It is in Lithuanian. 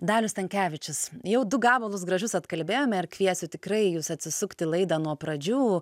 dalius stankevičius jau du gabalus gražus atkalbėjome ir kviesiu tikrai jus atsisukti laidą nuo pradžių